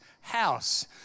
house